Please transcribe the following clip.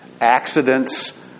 Accidents